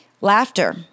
Laughter